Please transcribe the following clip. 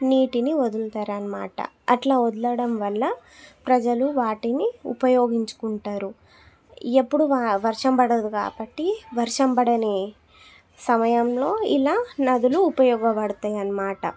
నీటిని వదులుతారు అన్నమాట అట్లా వదలడం వల్ల ప్రజలు వాటిని ఉపయోగించుకుంటారు ఎప్పుడు వా వర్షం పడదు కాబట్టి వర్షం పడని సమయంలో ఇలా నదులు ఉపయోగపడతాయి అన్నమాట